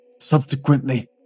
subsequently